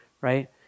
right